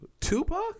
Tupac